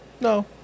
No